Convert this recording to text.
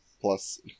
Plus